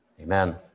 Amen